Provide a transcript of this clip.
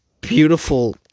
beautiful